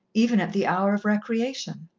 even at the hour of recreation.